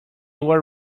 were